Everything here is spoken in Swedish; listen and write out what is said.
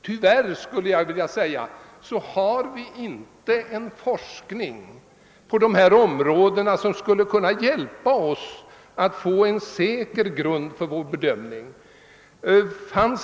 Tyvärr har vi inte den forskning på dessa områden som skulle kunna hjälpa oss att få en säker grund för vår bedömning.